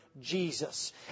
Jesus